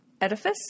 edifice